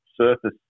surface